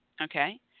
Okay